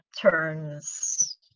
turns